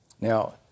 Now